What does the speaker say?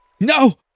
No